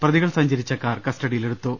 പ്രതികൾ സഞ്ചരിച്ച കാർ കസ്റ്റഡിയിലെടുത്തു